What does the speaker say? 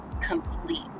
complete